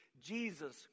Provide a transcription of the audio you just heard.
Jesus